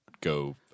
go